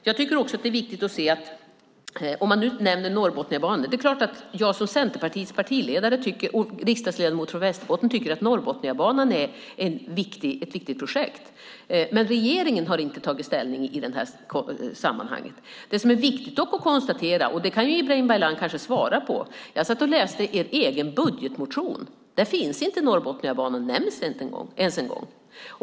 Det är också viktigt att se när man nämner Norrbotniabanan: Det är klart att jag som Centerpartiets partiledare och riksdagsledamot från Västerbotten tycker att Norrbotniabanan är ett viktigt projekt. Men regeringen har inte tagit ställning i det sammanhanget. Det är en sak som det är viktigt att konstatera, och Ibrahim Baylan kanske kan svara på det. Jag läste er egen budgetmotion, och där är Norrbotniabanan inte ens nämnd.